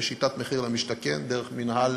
בשיטת מחיר למשתכן דרך מינהל